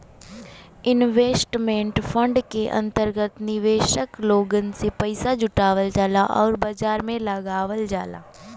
investment fund के अंतर्गत निवेशक लोगन से पइसा जुटावल जाला आउर बाजार में लगावल जाला